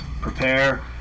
Prepare